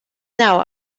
now